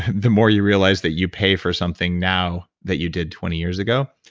the more you realize that you pay for something now that you did twenty years ago.